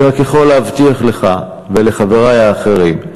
אני רק יכול להבטיח לך ולחברי האחרים,